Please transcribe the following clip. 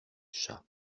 chat